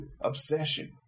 obsession